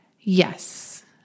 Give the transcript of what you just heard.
Yes